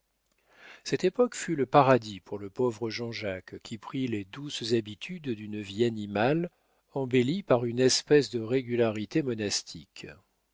cette époque fut le paradis pour le pauvre jean-jacques qui prit les douces habitudes d'une vie animale embellie par une espèce de régularité monastique